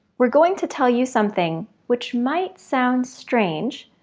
we're going to tell you something which might sound strange,